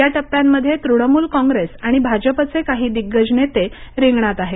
या टप्प्यांमध्ये तृणमूल कॉंग्रेस आणि भाजपचे काही दिग्गज नेते रिंगणात आहेत